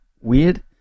weird